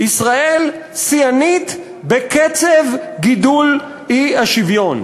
ישראל שיאנית בקצב גידול האי-שוויון.